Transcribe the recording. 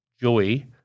Joey